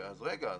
אז רגע.